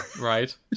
Right